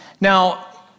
Now